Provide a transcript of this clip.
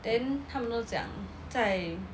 then 他们都讲在